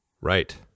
Right